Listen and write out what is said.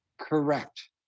correct